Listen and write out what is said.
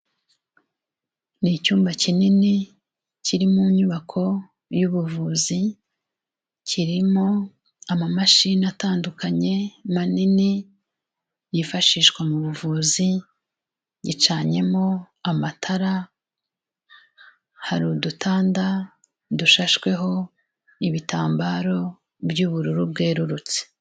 Ni icyumba kinini kiri mu nyubako y'ubuvuzi, kirimo amamashini atandukanye manini yifashishwa mu buvuzi, gicanyemo amatara, hari udutanda dushashweho ibitambaro by'ubururu bwerurutse.